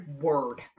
word